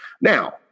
Now